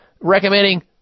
recommending